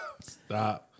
Stop